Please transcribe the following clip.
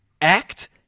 act